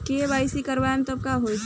KYC ना करवाएम तब का होई?